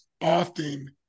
often